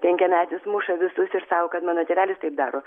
penkiametis muša visus ir sako kad mano tėvelis taip daro